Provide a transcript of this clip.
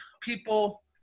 people